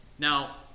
Now